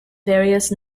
various